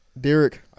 Derek